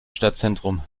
stadtzentrum